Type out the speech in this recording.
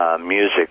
Music